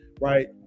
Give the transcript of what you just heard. right